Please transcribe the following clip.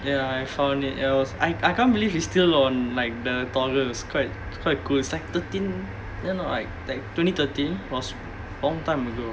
ya I found it it was I I can't believe it's still on like the Toggle it was quite quite cool it's like thirteen eh no like like twenty thirteen was long time ago